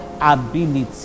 ability